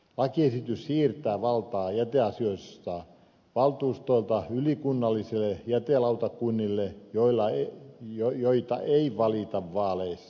lakiesitys siirtää valtaa jäteasioissa valtuustoilta ylikunnallisille jätelautakunnille joita ei valita vaaleissa